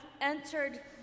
entered